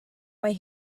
mae